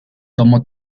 tomo